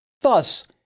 Thus